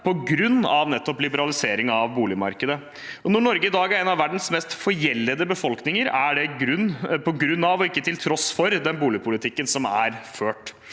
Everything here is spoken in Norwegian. på grunn av nettopp liberaliseringen av boligmarkedet. Når Norge i dag er en av verdens mest forgjeldede befolkninger, er det på grunn av og ikke til tross for den boligpolitikken som er ført.